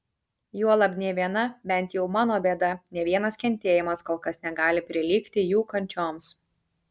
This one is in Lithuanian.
juolab nė viena bent jau mano bėda nė vienas kentėjimas kol kas negali prilygti jų kančioms